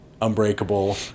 Unbreakable